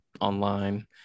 online